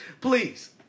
Please